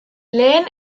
lehen